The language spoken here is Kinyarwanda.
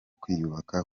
kwiyubaka